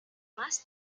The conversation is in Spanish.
más